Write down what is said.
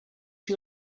you